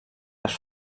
les